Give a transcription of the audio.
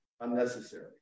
unnecessary